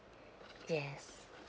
yes